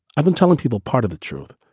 i've been telling people part of the truth,